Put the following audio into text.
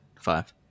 five